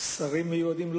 שרים מיועדים,